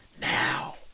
Now